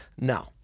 No